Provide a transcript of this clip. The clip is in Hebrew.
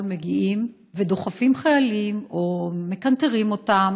מגיעים ודוחפים חיילים או מקנטרים אותם.